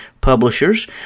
Publishers